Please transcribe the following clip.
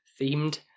themed